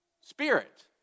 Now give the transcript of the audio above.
Spirit